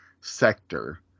sector